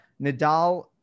Nadal